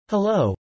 Hello